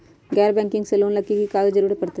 गैर बैंकिंग से लोन ला की की कागज के जरूरत पड़तै?